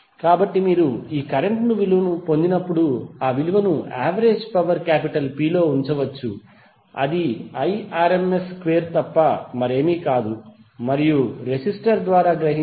కాబట్టి మీరు ఈ కరెంట్ ను పొందినప్పుడు విలువను యావరేజ్ పవర్ P లో ఉంచవచ్చు అది Irms స్క్వేర్ తప్ప మరేమీ కాదు మరియు రెసిస్టర్ ద్వారా గ్రహించిన పవర్ 133